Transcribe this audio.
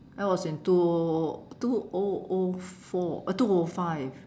that was in two O O O two O O four two O O five